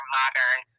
modern